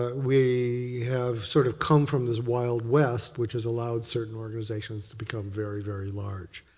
ah we have sort of come from this wild west, which has allowed certain organizations to become very, very large.